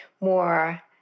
more